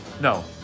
No